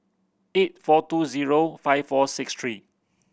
eight four two zero five four six three